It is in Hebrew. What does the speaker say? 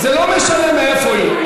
זה לא משנה מאיפה היא,